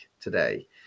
today